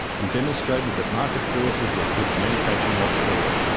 and demonstrated that market forces will push manufacturing offshore.